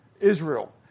Israel